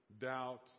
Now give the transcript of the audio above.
doubt